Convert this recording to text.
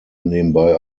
nebenbei